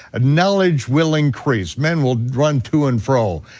knowledge will increase, men will run to and fro,